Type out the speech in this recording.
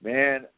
Man